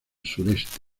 sureste